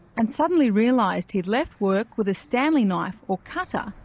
and suddenly realised he'd left work with a stanley knife, or cutter,